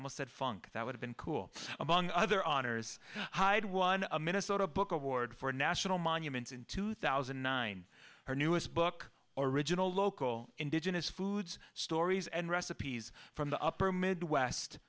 almost said funk that would have been cool among other honors hide one a minnesota book award for national monuments in two thousand and nine her newest book or original local indigenous foods stories and recipes from the upper midwest